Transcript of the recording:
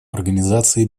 организации